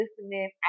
listening